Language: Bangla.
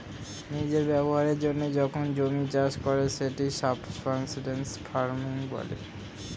নিজের ব্যবহারের জন্য যখন জমি চাষ করে সেটা সাবসিস্টেন্স ফার্মিং